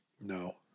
No